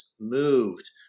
moved